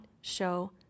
show